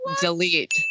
Delete